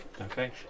Okay